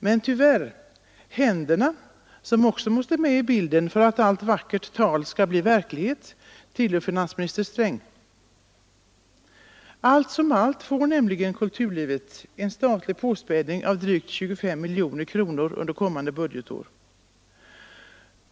Men tyvärr, händerna, som också måste med i bilden för att allt vackert tal skall bli verklighet, tillhör finansminister Sträng. Allt som allt får nämligen kulturlivet en statlig påspädning av drygt 25 miljoner kronor under kommande budgetår.